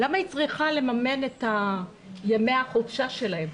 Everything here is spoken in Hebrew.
למה היא צריכה לממן את ימי החופשה שלהם?